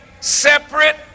separate